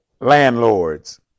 landlords